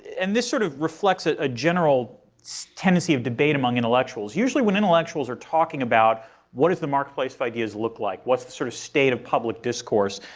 and this sort of reflects a ah general so tendency of debate among intellectuals, usually when intellectuals are talking about what is the marketplace of ideas look like, what's the sort of state of public discourse,